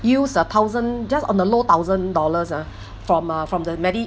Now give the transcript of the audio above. use a thousand just on the low thousand dollars ah from ah from the